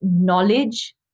knowledge